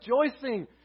rejoicing